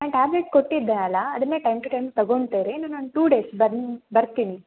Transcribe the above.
tablet ಕೊಟ್ಟಿದ್ದೆ ಅಲ್ವಾ ಅದನ್ನೇ ಟೈಮ್ ಟು ಟೈಮ್ ತೊಗೊಂತ ಇರಿ ನಾನು ಒಂದು ಟೂ ಡೇಸ್ ಬಂದು ಬರ್ತೀನಿ